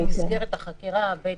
היום אני מבקשים לעשות שני תיקונים, בגדול.